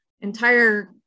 entire